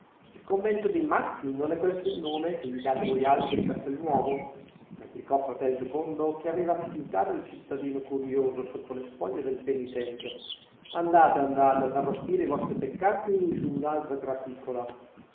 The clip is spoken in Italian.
il convento dei matti non è questo il nome che gli date voi altri di castelnuovo replicò fratel giocondo che aveva fiutato il cittadino curioso sotto le spoglie del penitente andate andate ad arrostire i vostri peccati ad un'altra graticola